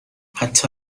حتی